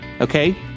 okay